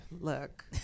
Look